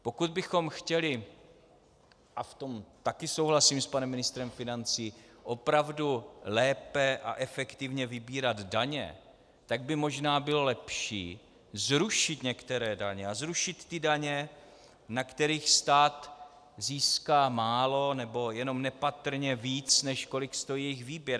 Pokud bychom chtěli, a v tom také souhlasím s panem ministrem financí, opravdu lépe a efektivně vybírat daně, tak by možná bylo lepší zrušit některé daně a zrušit ty daně, na kterých stát získá málo nebo jenom nepatrně víc, než kolik stojí jejich výběr.